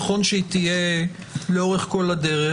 נכון שהיא תהיה לאורך כל הדרך,